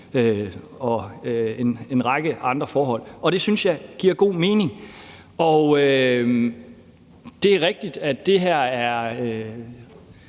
og en række andre forhold, og det synes jeg giver god mening. Det er rigtigt, at det her er